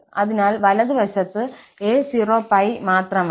അതിനാൽ വലതുവശത്ത് a0π മാത്രമാണ്